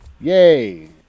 yay